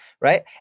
right